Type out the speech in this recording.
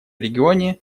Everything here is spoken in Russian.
регионе